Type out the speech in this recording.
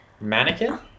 Mannequin